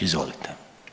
Izvolite.